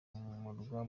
murwa